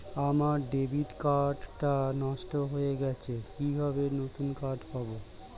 আমার debit card টা নষ্ট হয়ে গেছে কিভাবে নতুন কার্ড পাব?